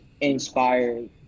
inspired